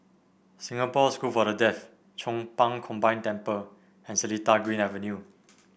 Singapore School for the Deaf Chong Pang Combined Temple and Seletar Green Avenue